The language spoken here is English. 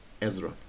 Ezra